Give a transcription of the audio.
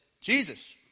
Jesus